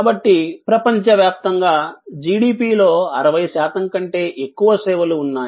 కాబట్టి ప్రపంచవ్యాప్తంగా జిడిపిలో 60 శాతం కంటే ఎక్కువ సేవలు ఉన్నాయి